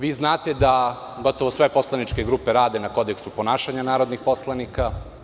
Vi znate da gotovo sve poslaničke grupe rade na kodeksu ponašanja narodnih poslanika.